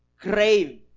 crave